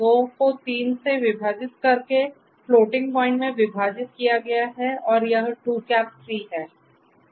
2 को 3 से विभाजित करके फ्लोटिंग पॉइंट में विभाजित किया गया है और यह 2 3 है